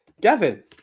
Gavin